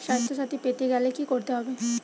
স্বাস্থসাথী পেতে গেলে কি করতে হবে?